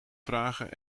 vragen